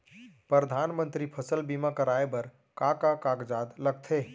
परधानमंतरी फसल बीमा कराये बर का का कागजात लगथे?